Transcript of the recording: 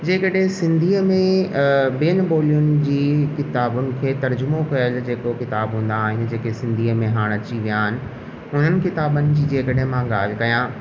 जे कॾहिं सिंधीअ में ॿियनि ॿोलियुनि जी किताबुनि खे तर्जुमो कयुल जेको किताब हूंदा आहिनि जेको सिंधीअ में हाणे अची विया आहिनि उन्हनि किताबनि जी जे कॾहिं मां ॻाल्हि कया